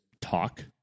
talk